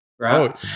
right